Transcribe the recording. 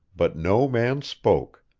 but no man spoke